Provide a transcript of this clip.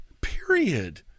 Period